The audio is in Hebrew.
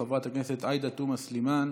חברת הכנסת עאידה תומא סלימאן